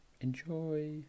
Enjoy